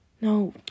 No